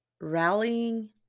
rallying